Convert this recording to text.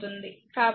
కాబట్టి 53